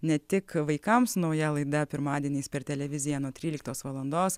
ne tik vaikams nauja laida pirmadieniais per televiziją nuo tryliktos valandos